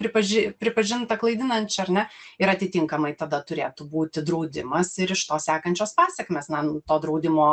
pripaži pripažinta klaidinančia ar ne ir atitinkamai tada turėtų būti draudimas ir iš to sekančios pasekmės na to draudimo